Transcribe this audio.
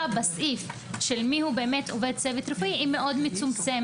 בסעיף של מי הוא עובד צוות רפואי היא מאוד מצומצמת.